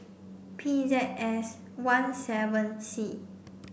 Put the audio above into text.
P Z S one seven C